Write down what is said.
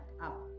up